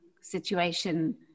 situation